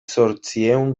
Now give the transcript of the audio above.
zortziehun